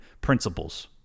principles